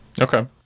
Okay